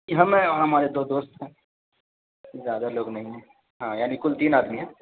ہم ہیں اور ہمارے دو دوست ہیں زیادہ لوگ نہیں ہیں ہاں یعنی کل تین آدمی ہیں